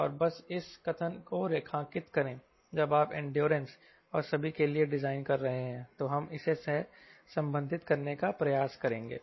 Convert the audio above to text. और बस इस कथन को रेखांकित करें जब आप इंड्योरेंस और सभी के लिए डिजाइन कर रहे हैं तो हम इसे सहसंबंधित करने का प्रयास करेंगे